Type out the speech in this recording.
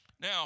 Now